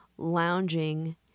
lounging